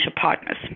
partners